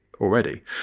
already